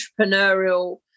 entrepreneurial